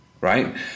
right